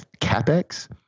CapEx